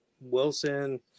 Wilson